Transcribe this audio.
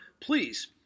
please